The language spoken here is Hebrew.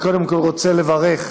אני קודם כול רוצה לברך